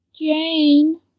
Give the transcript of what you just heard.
Jane